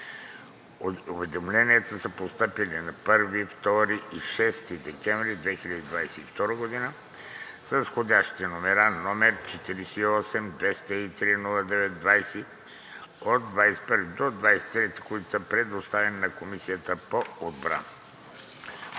Уведомленията са постъпили на 1, 2 и 6 декември 2022 г., с входящи номера 48-203-09-20 и от 21 до 23, които са предоставени на Комисията по отбрана.